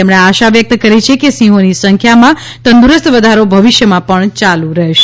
તેમણે આશા વ્યક્ત કરી છે કે સિંહોની સંખ્યામાં તંદુરસ્ત વધારો ભવિષ્યમાં પણ ચાલુ રહેશે